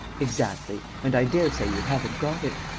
exactly. and i daresay you haven't got it.